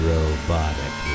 Robotic